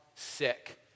sick